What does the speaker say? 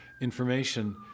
information